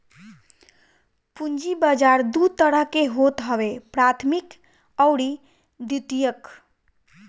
पूंजी बाजार दू तरह के होत हवे प्राथमिक अउरी द्वितीयक